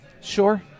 Sure